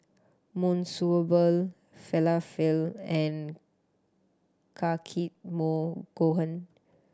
Monsunabe Falafel and Takikomi Gohan